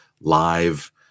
live